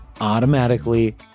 automatically